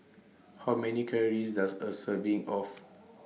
How Many Calories Does A Serving of